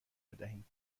بدهیم